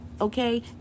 okay